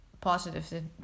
Positive